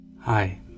Hi